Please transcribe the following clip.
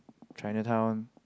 Chinatown